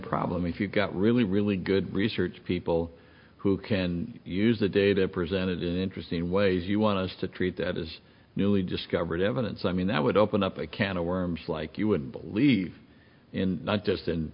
problem if you've got really really good research people who can use the data presented in interesting ways you want us to treat his newly discovered evidence i mean that would open up a can of worms like you would believe in not just in